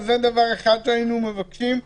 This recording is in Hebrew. זה דבר אחד שאנו מבקשים.